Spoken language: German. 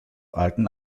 alten